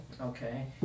Okay